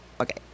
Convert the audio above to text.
Okay